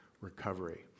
Recovery